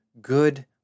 good